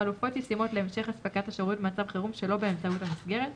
חלופות ישימות להמשך אספקת השירות במצב חירום שלא באמצעות המסגרת,